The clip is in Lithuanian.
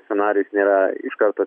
scenarijus nėra iš karto